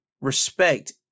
respect